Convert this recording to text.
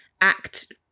act